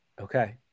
okay